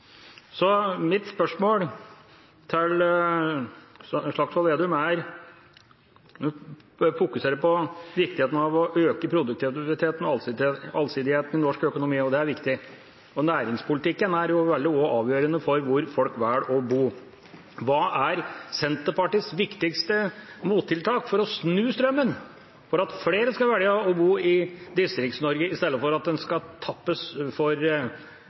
Så mitt spørsmål til Slagsvold Vedum er: En bør fokusere på viktigheten av å øke produktiviteten og allsidigheten i norsk økonomi, det er viktig. Næringspolitikken er også veldig avgjørende for hvor folk velger å bo. Hva er Senterpartiets viktigste mottiltak for å snu strømmen, slik at flere skal velge å bo i Distrikts-Norge, istedenfor at det skal tappes for